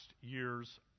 year's